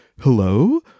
Hello